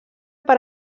per